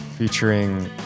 Featuring